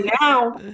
now